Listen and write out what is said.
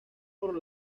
por